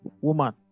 woman